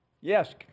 Yes